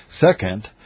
Second